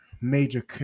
major